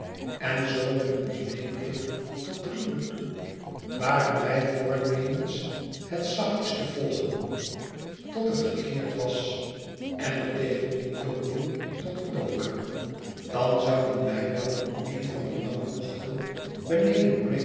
en zoo met ons mee bleef tot drie uur toe waren wij voornemens het zachtjes te volgen tot het gekeerd was en er tegen in te roeien tot den donker dan zouden wij wel in een van die lange bochten beneden